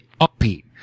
upbeat